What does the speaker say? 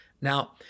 Now